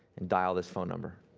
and dial this phone number.